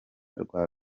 rwa